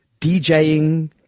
DJing